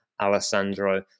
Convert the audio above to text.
Alessandro